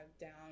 down